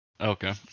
Okay